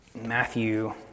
Matthew